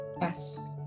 Yes